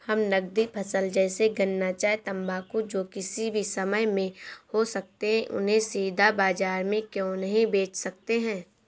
हम नगदी फसल जैसे गन्ना चाय तंबाकू जो किसी भी समय में हो सकते हैं उन्हें सीधा बाजार में क्यो नहीं बेच सकते हैं?